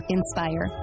Inspire